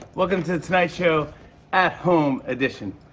welcome to the tonight show at home edition.